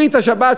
ברית השבת,